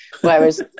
Whereas